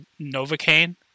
Novocaine